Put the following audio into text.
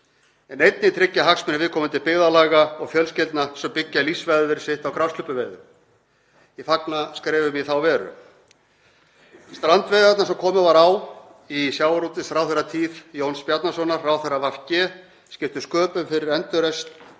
en einnig tryggja hagsmuni viðkomandi byggðarlaga og fjölskyldna sem byggja lífsviðurværi sitt á grásleppuveiðum. Ég fagna skrefum í þá veru. Strandveiðarnar sem komið var á í sjávarútvegsráðherratíð Jóns Bjarnasonar, ráðherra Vinstri grænna, skiptu sköpum fyrir endurreisn